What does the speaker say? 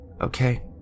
Okay